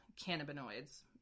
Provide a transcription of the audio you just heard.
cannabinoids